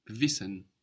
Wissen